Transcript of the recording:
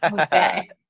Okay